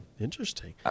Interesting